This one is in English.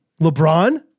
LeBron